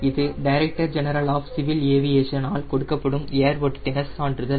இது director general of civil aviation ஆல் கொடுக்கப்படும் ஏர்வொர்தினஸ் சான்றிதழ்